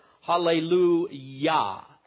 hallelujah